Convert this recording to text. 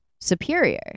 superior